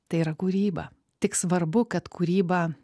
tai yra kūryba tik svarbu kad kūryba